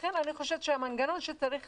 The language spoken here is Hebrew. לכן אני חושבת שהמנגנון שצריך